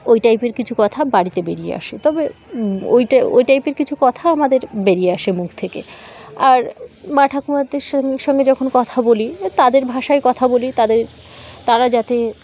ওই টাইপের কিছু কথা বাড়িতে বেরিয়ে আসে তবে ওই টাই ওই টাইপের কিছু কথা আমাদের বেরিয়ে আসে মুখ থেকে আর মা ঠাকুমাদের স সঙ্গে যখন কথা বলি তাদের ভাষায় কথা বলি তাদের তারা যাতে